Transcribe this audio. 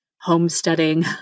homesteading